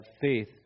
faith